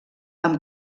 amb